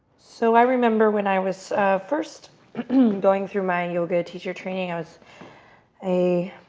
so i remember when i was first going through my yoga teacher training, i was a